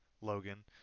Logan